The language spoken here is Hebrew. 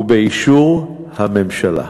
ובאישור הממשלה.